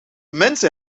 mensen